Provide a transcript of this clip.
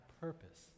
purpose